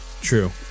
true